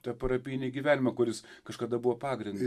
tą parapijinį gyvenimą kuris kažkada buvo pagrindu